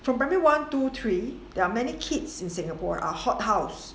from primary one two three there are many kids in singapore are hot house